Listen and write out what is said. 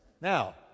Now